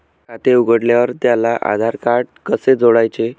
खाते उघडल्यावर त्याला आधारकार्ड कसे जोडायचे?